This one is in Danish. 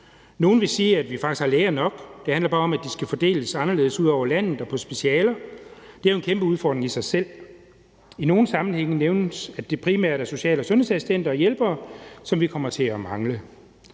Nogle vil sige, at vi faktisk har læger nok, og at det bare handler om, at de skal fordeles anderledes ud over landet og på specialer. Det er jo en kæmpe udfordring i sig selv. I nogle sammenhænge nævnes det, at det primært er social- og sundhedsassistenter og -hjælpere, som vi kommer til at mangle.